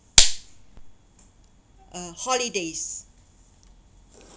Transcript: uh holidays